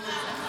טוב.